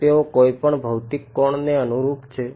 શું તેઓ કોઈપણ ભૌતિક કોણને અનુરૂપ છે